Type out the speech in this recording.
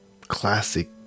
classic